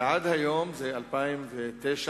עד היום, זה 2009,